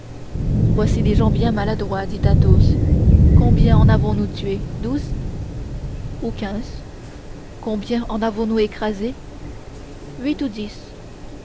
voici des gens bien maladroits dit athos combien en avons-nous tué douze ou quinze combien en avons-nous écrasé huit ou dix